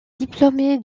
diplômé